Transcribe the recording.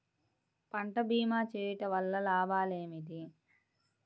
పంట భీమా చేయుటవల్ల లాభాలు ఏమిటి?